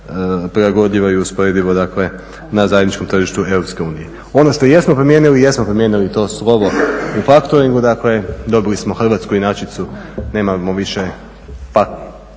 prilagodljivo i usporedivo, dakle na zajedničkom tržištu Europske unije. Ono što jesmo promijenili, jesmo promijenili to slovo u faktoringu. Dakle, dobili smo hrvatsku inačicu, nemamo više factoring